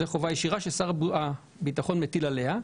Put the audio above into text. זו חובה ישירה ששר הביטחון מטיל עליה.